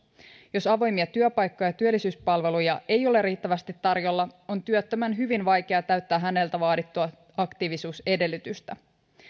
jos avoimia työpaikkoja ja työllisyyspalveluja ei ole riittävästi tarjolla on työttömän hyvin vaikea täyttää häneltä vaadittua aktiivisuusedellytystä